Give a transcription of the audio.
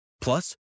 Plus